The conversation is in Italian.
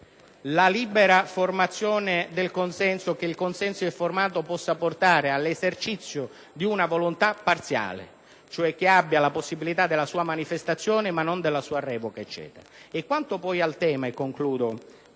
del testo tutto dicono, tranne che il consenso informato possa portare all'esercizio di una volontà parziale, cioè che abbia la possibilità della sua manifestazione ma non della sua revoca. Quanto poi al tema, e concludo,